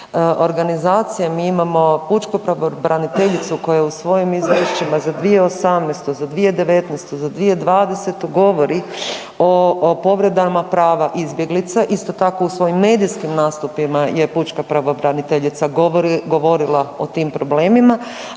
organizacije mi imamo pučku pravobraniteljicu koja u svojim izvješćima za 2018., za 2019., za 2020. govori o povredama prava izbjeglica, isto tako u svojim medijskim nastupima je pučka pravobraniteljica govorila o tim problemima,